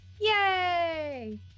Yay